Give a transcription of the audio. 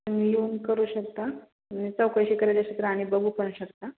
तुम्ही येऊन करू शकता आणि चौकशी करायच्या तर आणि बघू पण शकता